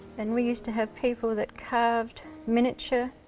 and we use to have people that carved miniature